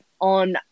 on